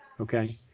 okay